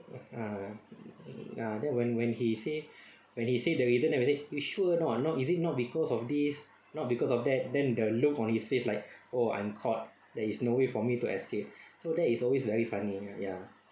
ah ah then when when he say when he say the reason I will say you sure or not is it not because of this not because of that then the look on his face like oh I'm caught there is no way for me to escape so that is always very funny ya